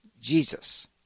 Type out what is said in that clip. Jesus